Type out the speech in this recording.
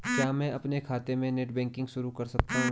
क्या मैं अपने खाते में नेट बैंकिंग शुरू कर सकता हूँ?